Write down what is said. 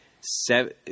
seven